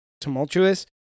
tumultuous